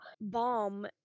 bomb